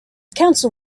council